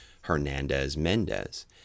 Hernandez-Mendez